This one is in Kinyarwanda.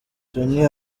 tony